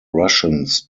russians